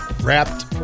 Wrapped